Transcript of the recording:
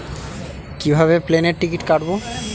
কিভাবে প্লেনের টিকিট কাটব?